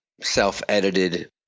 self-edited